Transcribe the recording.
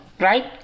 Right